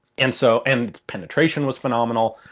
and so and penetration was phenomenal.